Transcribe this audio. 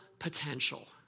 potential